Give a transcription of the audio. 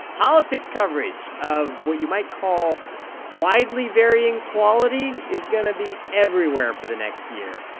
politics coverage of what you might call widely varying quality is going to be everywhere for the next year.